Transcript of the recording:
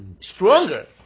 stronger